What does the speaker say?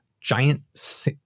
giant